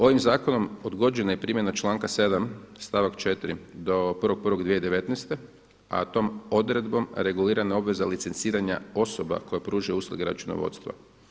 Ovim zakonom odgođena je primjena članka 7. stavak 4. do 1.1.2019. a tom odredbom regulirana je obveza licenciranja osoba koje pružaju usluge računovodstva.